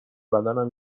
بدنم